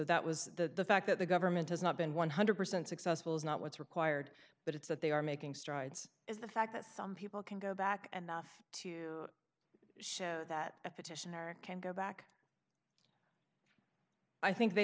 that was the fact that the government has not been one hundred percent successful is not what's required but it's that they are making strides is the fact that some people can go back and to show that a petition or a can go back i think they